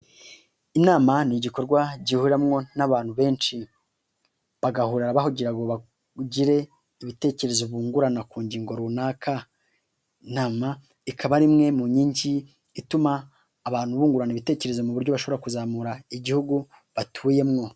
Inama ni igikorwa gihuriramwo n'abantu benshi, bagahora bagira ngo bagire ibitekerezo bungurana ku ngingo runaka, inama ikaba ari imwe mu nkingi ituma abantu bungurana ibitekerezo mu buryo bashobora kuzamura igihugu batuyemo.